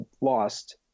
lost